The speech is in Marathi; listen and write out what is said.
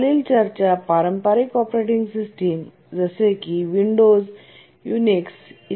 खालील चर्चा पारंपारिक ऑपरेटिंग सिस्टम जसे की विंडोज युनिक्स इ